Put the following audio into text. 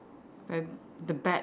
uh the bad